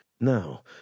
Now